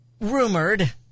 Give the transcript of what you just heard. rumored